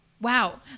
Wow